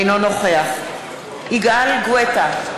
אינו נוכח יגאל גואטה,